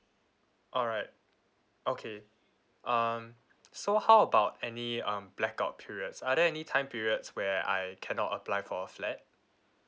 alright okay um so how about any um blackout periods are there any time periods where I cannot apply for a flat